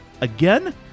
Again